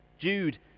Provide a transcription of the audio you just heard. Jude